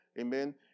amen